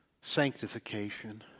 sanctification